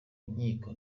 nkiko